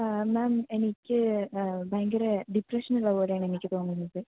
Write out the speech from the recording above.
ആ മാം എനിക്ക് ഭയങ്കര ഡിപ്രെഷൻ ഉള്ളപോലെയാണ് എനിക്ക് തോന്നുന്നത്